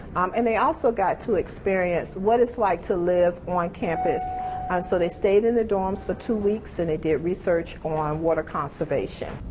and they also got to experience what it's like to live on campus and so they stayed in the dorms for two weeks and they did research on water conservation.